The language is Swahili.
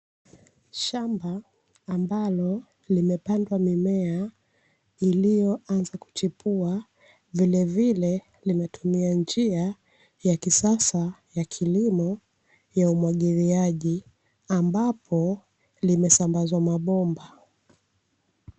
Shamba ambalo limepandwa mimea iliyoanza kuchipua, vilevile linatumia njia ya kisasa ya kilimo ya umwagiliaji ambapo limesambazwa mabomba.